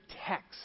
text